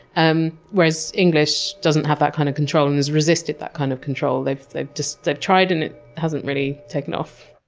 um whereas english doesn't have that kind of control and has resisted that kind of control. they've they've like tried and it hasn't really taken off.